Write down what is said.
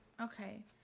Okay